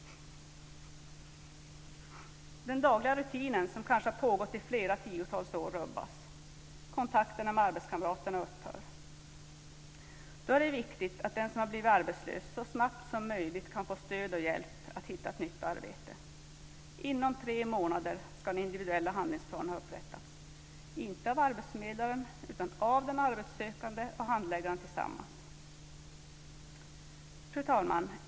Den dagliga rutinen, som kanske har pågått i flera tiotals år, rubbas. Kontakterna med arbetskamraterna upphör. Då är det viktigt att den som har blivit arbetslös så snabbt som möjligt kan få stöd och hjälp att hitta ett nytt arbete. Inom tre månader ska en individuell handlingsplan ha upprättats - inte av arbetsförmedlaren utan av den arbetssökande och handläggaren tillsammans. Fru talman!